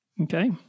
Okay